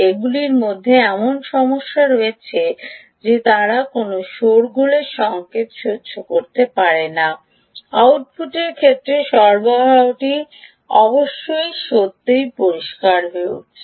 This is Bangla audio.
এগুলির মধ্যে এমন সমস্যা রয়েছে যে তারা কোনও শোরগোলের সংকেত সহ্য করতে পারে না আউটপুটের ক্ষেত্রে সরবরাহটি অবশ্যই সত্যই পরিষ্কার হয়ে উঠেছে